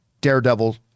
daredevil